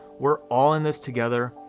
we're all in this together,